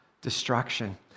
destruction